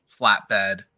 flatbed